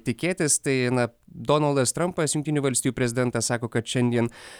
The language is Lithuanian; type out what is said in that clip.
tikėtis tai eina donaldas trampas jungtinių valstijų prezidentas sako kad šiandien